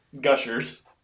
gushers